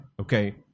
Okay